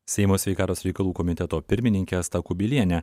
seimo sveikatos reikalų komiteto pirmininkė asta kubilienė